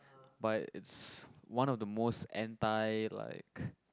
but it's one of the most anti like